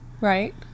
Right